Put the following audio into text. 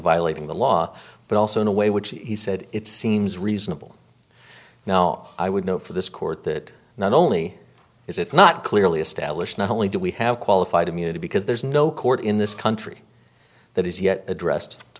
violating the law but also in a way which he said it seems reasonable now i would know for this court that not only is it not clearly established not only do we have qualified immunity because there's no court in this country that has yet addressed to